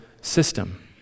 system